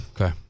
Okay